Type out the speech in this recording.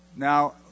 Now